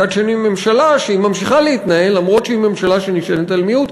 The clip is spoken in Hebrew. מצד שני ממשלה שממשיכה להתנהל למרות שהיא ממשלה שנשענת על מיעוט,